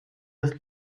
des